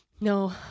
No